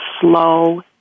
slow